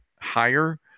higher